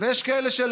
ויש כאלה שלא,